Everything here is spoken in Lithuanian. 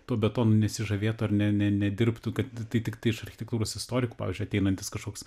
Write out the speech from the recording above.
tuo betonu nesižavėtų ar ne ne nedirbtų kad tai tiktai iš architektūros istorikų pavyzdžiui ateinantis kažkoks